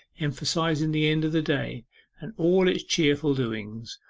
emphasizing the end of the day and all its cheerful doings,